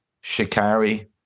shikari